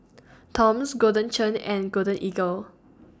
Toms Golden Churn and Golden Eagle